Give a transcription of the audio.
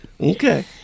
Okay